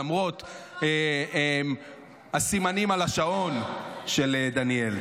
למרות הסימנים על השעון של דניאל.